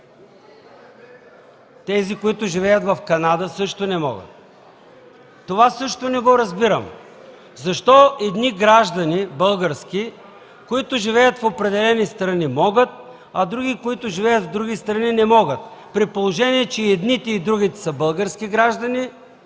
тези, които живеят в Канада, също не могат. Това също не го разбирам. Защо едни български граждани, които живеят в определени страни, могат, а други, които живеят в други страни – не могат, при положение че едните и другите са български граждани